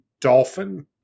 Dolphin